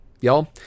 y'all